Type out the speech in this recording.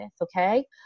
Okay